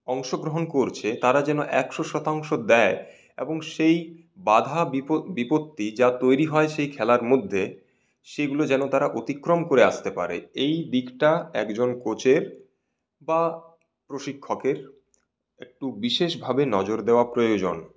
অংশগ্রহণ করছে তারা যেন একশো শতাংশ দেয় এবং সেই বাধা বিপত্তি যা তৈরি হয় সেই খেলার মধ্যে সেইগুলো তারা যেন অতিক্রম করে আসতে পারে এই দিকটা একজন কোচের বা প্রশিক্ষকের একটু বিশেষভাবে নজর দেওয়া প্রয়োজন